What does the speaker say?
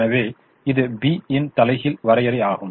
எனவே இது B தலைகீழ் வரையறை ஆகும்